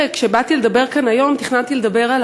שכשבאתי לדבר כאן היום תכננתי לדבר על